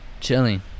chilling